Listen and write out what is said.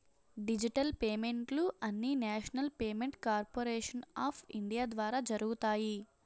digital పేమెంట్లు అన్నీనేషనల్ payment corporation of India ద్వారా జరుగుతాయి